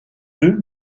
deux